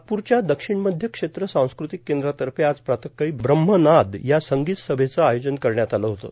नागप्रच्या दक्षिण मध्य क्षेत्र सांस्कृतिक केंद्रातर्फे आज प्रातःकाळी ब्रम्हनाद या संगीत सभेचं आयोजन करण्यात आलं होतं